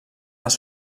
les